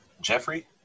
Jeffrey